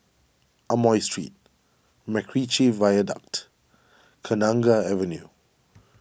Amoy Street MacRitchie Viaduct Kenanga Avenue